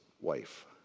wife